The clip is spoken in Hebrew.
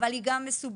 אבל היא גם מסובכת.